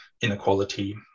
inequality